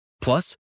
Plus